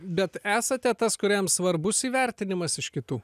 bet esate tas kuriam svarbus įvertinimas iš kitų